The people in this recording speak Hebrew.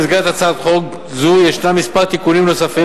במסגרת הצעת חוק זו יש כמה תיקונים נוספים